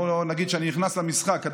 בואו נגיד שאני נכנס למשחק,